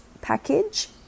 package